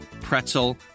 pretzel